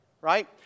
Right